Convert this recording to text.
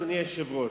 אדוני היושב-ראש,